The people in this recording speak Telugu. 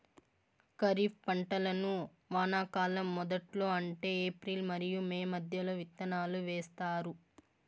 ఖరీఫ్ పంటలను వానాకాలం మొదట్లో అంటే ఏప్రిల్ మరియు మే మధ్యలో విత్తనాలు వేస్తారు